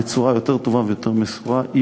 בצורה יותר טובה ויותר מסורה,